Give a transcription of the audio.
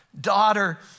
daughter